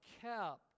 kept